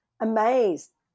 amazed